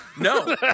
No